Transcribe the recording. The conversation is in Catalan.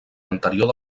anterior